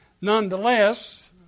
Nonetheless